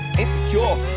insecure